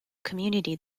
community